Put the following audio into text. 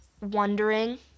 wondering